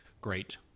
Great